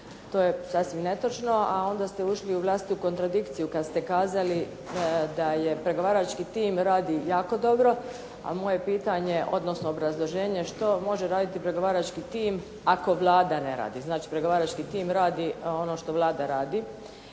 To je sasvim netočno a onda ste ušli i u vlastitu kontradikciju kad ste kazali da je pregovarački tim radi jako dobro, a moje pitanje odnosno obrazloženje što može raditi pregovarački tim ako Vlada ne radi. Znači pregovarački tim radi ono što Vlada radi